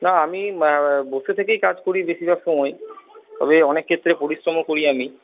না আমি বসে থেকেই কাজ করি বেশীরভাগ সময় তবে অনেক ক্ষেত্রে পরিশ্রমও করি আমি